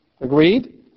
Agreed